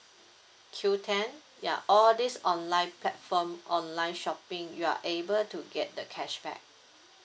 qoo ten ya all these online platform online shopping you're able to get the cashback